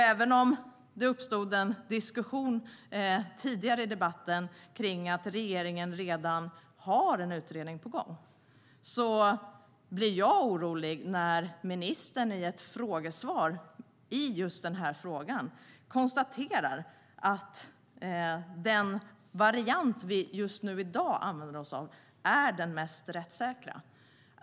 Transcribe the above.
Även om det uppstod en diskussion tidigare i debatten om att regeringen redan har en utredning på gång blir jag orolig när ministern i ett frågesvar konstaterade att den variant som vi i dag använder oss av är den mest rättssäkra.